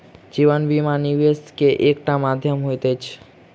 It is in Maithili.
जीवन बीमा, निवेश के एकटा माध्यम होइत अछि